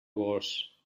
gos